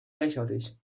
lächerlich